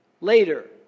later